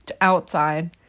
outside